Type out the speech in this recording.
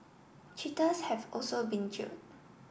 cheaters have also been jailed